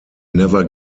never